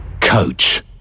Coach